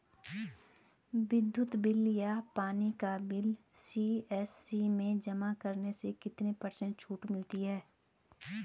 विद्युत बिल या पानी का बिल सी.एस.सी में जमा करने से कितने पर्सेंट छूट मिलती है?